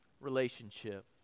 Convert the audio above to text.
relationship